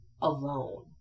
alone